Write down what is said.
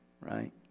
right